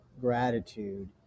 gratitude